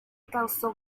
causó